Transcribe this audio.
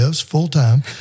full-time